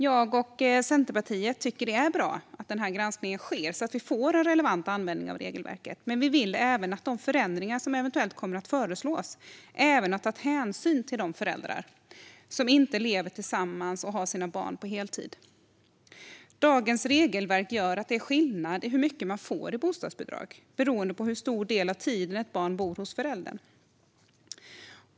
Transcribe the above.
Jag och Centerpartiet tycker det är bra att denna granskning sker så att vi får en relevant användning av regelverket. Men vi vill även att de förändringar som eventuellt kommer att föreslås även ska ta hänsyn till de föräldrar som inte lever tillsammans och har sina barn på heltid. Dagens regelverk gör att det är skillnad i hur mycket man får i bostadsbidrag beroende på hur stor del av tiden ett barn bor hos föräldern.